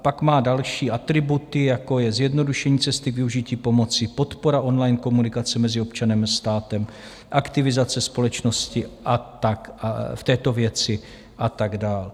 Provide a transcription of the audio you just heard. Pak má další atributy, jako je zjednodušení cesty využití pomoci, podpora online komunikace mezi občanem a státem, aktivizace společnosti v této věci a tak dále.